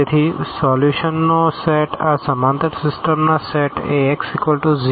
તેથી સોલ્યુશનનો સેટ આ સમાંતર સિસ્ટમના સેટ Ax 0